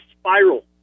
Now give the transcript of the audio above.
spiral